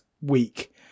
week